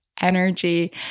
energy